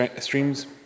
streams